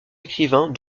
écrivains